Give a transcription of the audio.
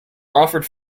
offered